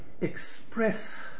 express